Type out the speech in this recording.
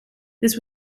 this